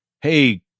hey